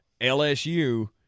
LSU –